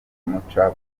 muca